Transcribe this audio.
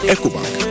EcoBank